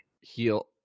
heal